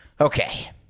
Okay